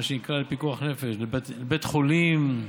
מה שנקרא לפיקוח נפש, לבית חולים,